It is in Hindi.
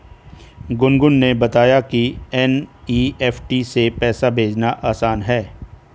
गुनगुन ने बताया कि एन.ई.एफ़.टी से पैसा भेजना आसान है